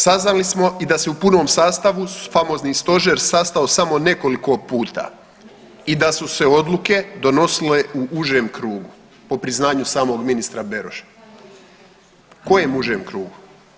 Saznali smo i da se u punom sastavu famozni stožer sastao samo nekoliko puta i da su se odluke donosile u užem krugu po priznanju samog ministra Beroša, kojem užem krutu?